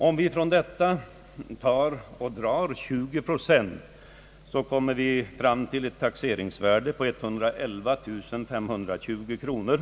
Om vi från detta belopp drar 20 procent kommer vi fram till ett taxeringsvärde på 111520 kronor.